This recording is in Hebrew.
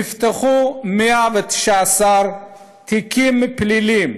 נפתחו 119 תיקים פליליים,